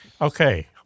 Okay